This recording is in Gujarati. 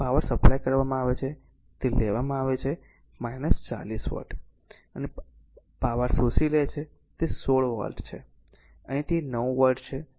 તેથી પાવર સપ્લાય કરવામાં આવે છે તે લેવામાં આવે છે 40 વોટ અને r પાવર શોષી લે છે જે 16 વોટ છે અહીં તે 9 વોટ છે